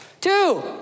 Two